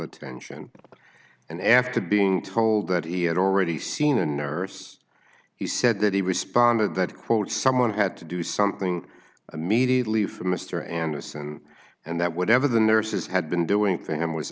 attention and after being told that he had already seen a nurse he said that he responded that quote someone had to do something immediately for mr anderson and that whatever the nurses had been doing